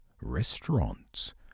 restaurants